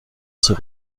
zur